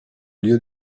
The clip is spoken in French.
lieu